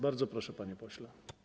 Bardzo proszę, panie pośle.